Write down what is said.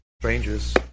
strangers